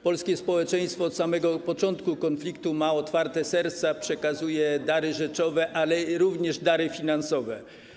Polskie społeczeństwo od samego początku konfliktu ma otwarte serca, przekazuje dary rzeczowe, ale również dary finansowe.